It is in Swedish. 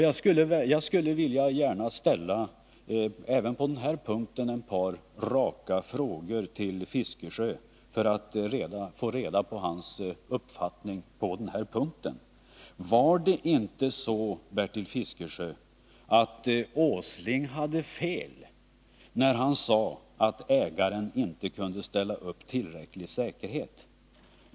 Jag skulle även på den här punkten vilja ställa ett par raka frågor till Bertil Fiskesjö för att få reda på hans uppfattning: Var det inte så, Bertil Fiskesjö, att herr Åsling hade fel när han sade att ägaren inte kunde ställa upp tillräcklig säkerhet?